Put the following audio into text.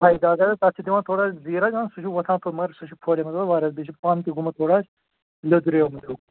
کھَے داغ حظ تَتھ چھِ دِوان تھوڑا زیٖر حظ دِوان سُہ چھِ وۄتھان تھوٚد مگر سُہ چھِ پھہلیومُت حظ واریاہَس بیٚیہِ چھِ پَن تہِ گوٚمُت تھوڑا حظ لیٚدریومُت ہیوٗ